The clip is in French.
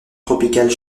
tropicales